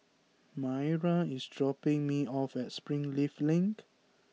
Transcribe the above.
Maira is dropping me off at Springleaf Link